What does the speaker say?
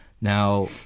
Now